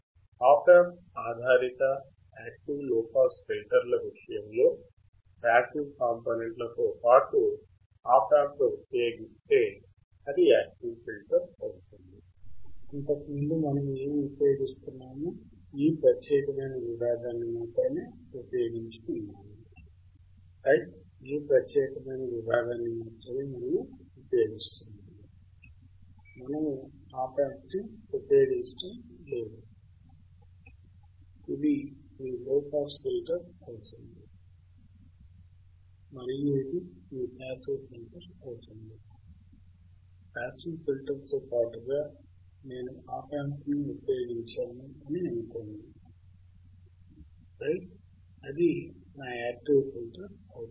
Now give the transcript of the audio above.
ఆప్ amp ఆధారిత active low pass ఫిల్టర్ల విషయంలో పాసివ్ కాంపోనెంట్లతో పాటు ఆప్ యాంప్ ని ఉపయోగిస్తే అది యాక్టివ్ ఫిల్టర్ అవుతుంది